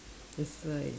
that's why